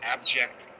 abject